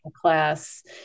class